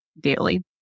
daily